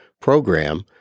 program